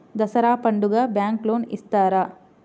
దసరా పండుగ bank loan ఇస్తారా?